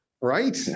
Right